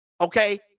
Okay